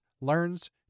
learns